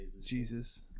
Jesus